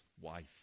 wife